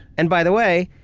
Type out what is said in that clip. and by the way,